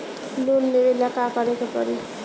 Loan लेवे ला का करे के पड़ी?